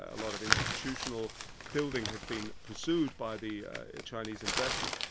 a lot of institutional building has been pursued by the chinese investment,